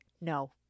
No